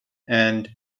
and